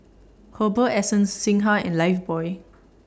Herbal Essences Singha and Lifebuoy